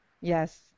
Yes